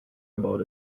about